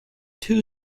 two